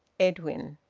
edwin.